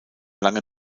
lange